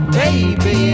baby